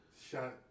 shot